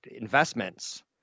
investments